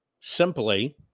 simply